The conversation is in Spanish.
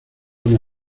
una